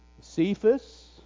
Cephas